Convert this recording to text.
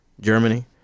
Germany